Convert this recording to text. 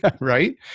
right